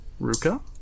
Ruka